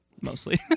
mostly